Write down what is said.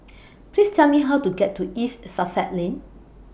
Please Tell Me How to get to East Sussex Lane